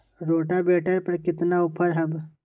Rotavator पर केतना offer हव?